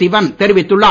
சிவன் தெரிவித்துள்ளார்